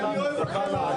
אני אוהב אתכם ("אני אוהב